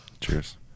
Cheers